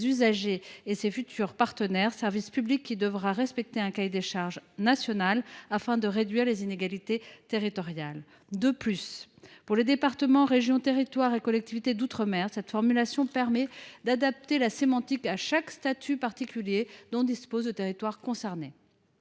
usagers et ses futurs partenaires. Ce service public devra respecter un cahier de charges national afin de réduire les inégalités territoriales. De plus, pour les départements, régions, territoires et collectivités d’outre mer, cette formulation permet d’adapter la sémantique à chaque statut particulier dont dispose le territoire concerné.